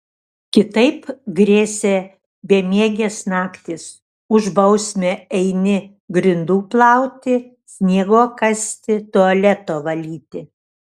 kitaip grėsė bemiegės naktys už bausmę eini grindų plauti sniego kasti tualeto valyti